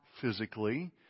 physically